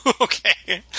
Okay